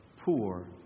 Poor